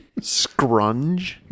scrunge